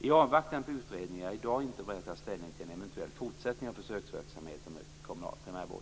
I avvaktan på utredningen är jag i dag inte beredd att ta ställning till en eventuell fortsättning av försöksverksamheten med kommunal primärvård.